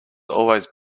always